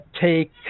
take